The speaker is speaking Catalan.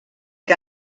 que